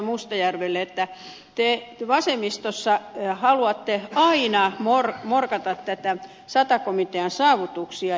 mustajärvelle että te vasemmistossa haluatte aina morkata näitä sata komitean saavutuksia